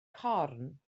corn